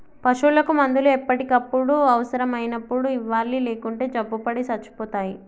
పశువులకు మందులు ఎప్పటికప్పుడు అవసరం అయినప్పుడు ఇవ్వాలి లేకుంటే జబ్బుపడి సచ్చిపోతాయి